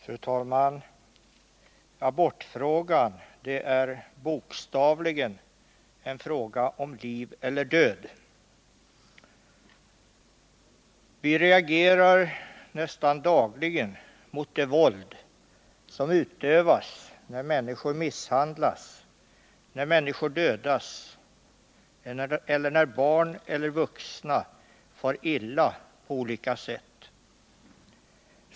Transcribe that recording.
Fru talman! Abortfrågan är bokstavligen en fråga om liv eller död. Vi reagerar nästan dagligen mot det våld som utövas när människor misshandlas, när människor dödas eller när barn eller vuxna far illa på olika sätt.